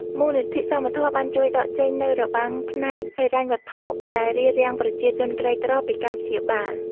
មូលនិធិសមធម៌បានជួយដកចេញនូវរបាំងផ្នែកហិរញ្ញវត្ថុដែលរារាំងប្រជាជនក្រីក្រពីការព្យាបាល។